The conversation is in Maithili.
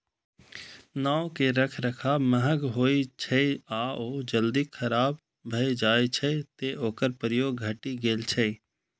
नाव के रखरखाव महग होइ छै आ ओ जल्दी खराब भए जाइ छै, तें ओकर प्रयोग घटि गेल छै